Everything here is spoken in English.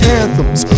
anthems